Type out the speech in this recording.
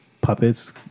puppets